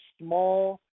small